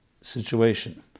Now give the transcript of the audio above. situation